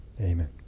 Amen